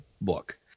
book